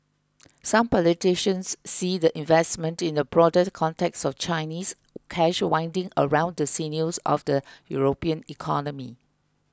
some politicians see the investment in a broader context of Chinese cash winding around the sinews of the European economy